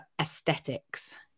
aesthetics